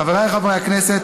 חבריי חברי הכנסת,